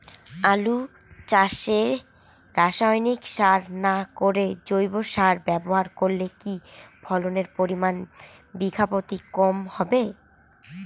আলু চাষে রাসায়নিক সার না করে জৈব সার ব্যবহার করলে কি ফলনের পরিমান বিঘা প্রতি কম হবে?